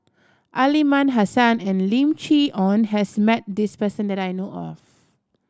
Aliman Hassan and Lim Chee Onn has met this person that I know of